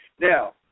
Now